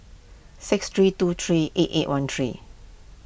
six three two three eight eight one three